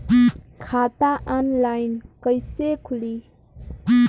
खाता ऑनलाइन कइसे खुली?